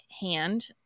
hand